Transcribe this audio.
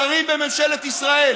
סליחה,